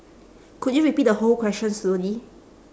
could you repeat the whole question slowly